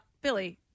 Billy